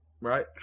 Right